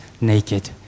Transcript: naked